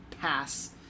pass